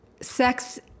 sex